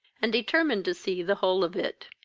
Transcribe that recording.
and determined to see the whole of it.